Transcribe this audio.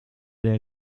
der